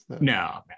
no